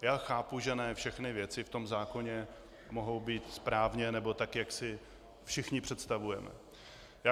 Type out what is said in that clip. Já chápu, že ne všechny věci v tom zákoně mohou být správně nebo tak, jak si všichni představujeme.